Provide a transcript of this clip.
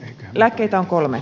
lääkkeitä on kolme